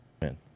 Man